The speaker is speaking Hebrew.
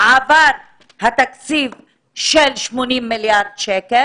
עבר התקציב של 80 מיליארד שקל